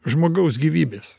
žmogaus gyvybės